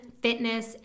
fitness